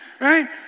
right